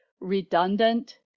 redundant